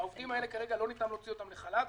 העובדים האלה כרגע לא ניתן להוציא אותם לחל"ת.